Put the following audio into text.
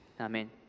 Amen